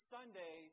Sunday